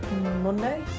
Monday